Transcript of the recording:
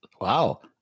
wow